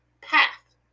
path